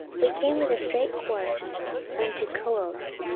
we came with a straight course unto coos,